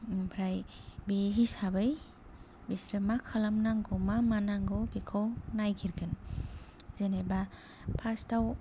ओमफ्राय बे हिसाबै बिसोरो मा खालामनांगौ मा मानांगौ बेखौ नायगिरगोन जेनोबा फार्सआव